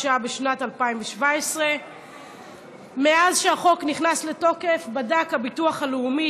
שעה בשנת 2017. מאז שהחוק נכנס לתוקף בדק הביטוח הלאומי